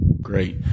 Great